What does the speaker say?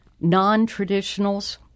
non-traditionals